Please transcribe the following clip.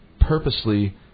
purposely